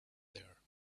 there